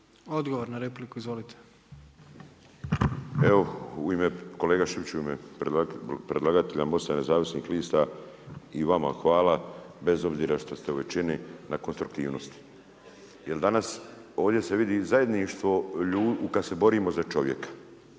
Odgovor na repliku, izvolite. **Bulj, Miro (MOST)** Evo u ime, kolega Šipić u ime predlagatelja MOST-a nezavisnih lista i vama hvala bez obzira što ste u većini na konstruktivnosti. Jer danas ovdje se vidi zajedništvo, kad se borimo za čovjeka.